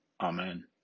Amen